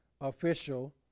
official